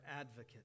Advocate